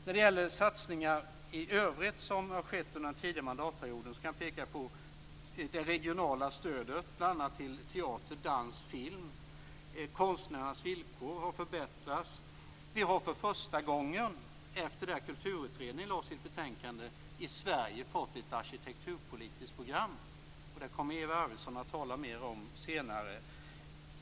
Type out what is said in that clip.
När det gäller satsningar i övrigt som har skett under den tidigare mandatperioden kan jag peka på det regionala stödet till bl.a. teater, dans och film. Konstnärernas villkor har förbättrats. Vi har för första gången efter det att kulturutredningen lagt fram sitt betänkande fått ett arkitekturpolitiskt program i Sverige. Det kommer Eva Arvidsson att tala mer om senare.